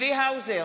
צבי האוזר,